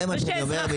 זה מה שאני אומר.